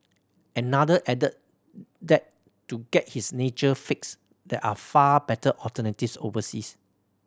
another added that to get his nature fix there are far better alternative overseas